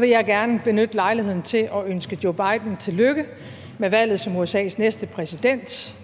vil jeg gerne benytte lejligheden til at ønske Joe Biden tillykke med valget som USA's næste præsident.